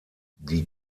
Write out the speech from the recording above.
die